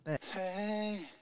Hey